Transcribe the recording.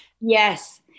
Yes